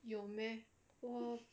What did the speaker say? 有咩我